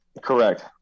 Correct